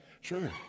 sure